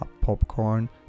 popcorn